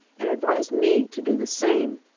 and advised me to do the same.